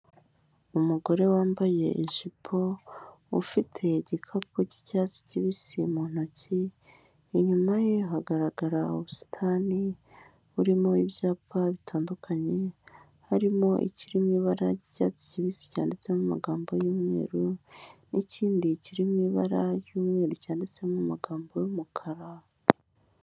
Umugore wambaye ijipo, ufite igikapu cy'icyatsi kibisi mu ntoki, inyuma ye hagaragara ubusitani burimo ibyapa bitandukanye, harimo ikiri mu ibara ry'icyatsi kibisi cyanditsemo amagambo y'umweru n'ikindi kiri mu ibara ry'umweru cyanditsemo amagambo y'umukara.